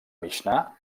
mixnà